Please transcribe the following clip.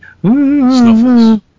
Snuffles